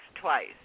twice